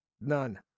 None